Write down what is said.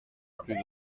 plus